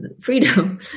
freedom